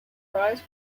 prize